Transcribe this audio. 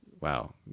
wow